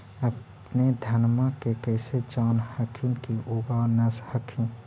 अपने धनमा के कैसे जान हखिन की उगा न हखिन?